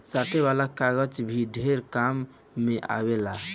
साटे वाला कागज भी ढेर काम मे आवेला